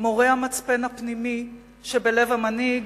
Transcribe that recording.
מורה המצפן הפנימי שבלב המנהיג